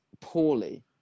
poorly